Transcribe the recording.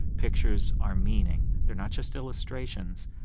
pictures are meaning. they're not just illustrations,